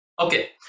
Okay